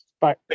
Bye